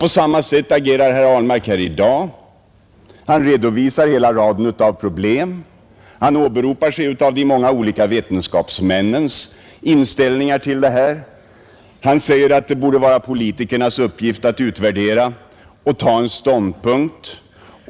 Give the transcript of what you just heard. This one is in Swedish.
På samma sätt agerar herr Ahlmark här i dag. Han redovisar hela raden av problem, han åberopar de många olika vetenskapsmännens inställningar, han säger att det borde vara politikernas uppgift att utvärdera och ta en ståndpunkt.